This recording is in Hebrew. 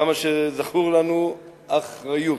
עד כמה שזכור לנו: אחריות,